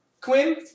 Quinn